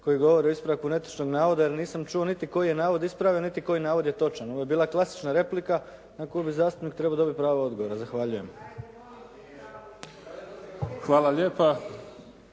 koji govori o ispravku netočnog navoda jer nisam čuo niti koji je navod ispravio niti koji navod je točan. Ovo je bila klasična replika na koju bi zastupnik trebao dobiti pravo odgovora. Zahvaljujem. **Mimica,